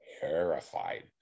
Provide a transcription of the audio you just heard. terrified